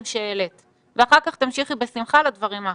שהעלית ואחר כך תמשיכי בשמחה לדברים האחרים.